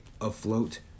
afloat